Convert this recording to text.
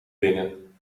dingen